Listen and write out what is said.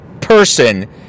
person